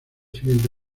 siguiente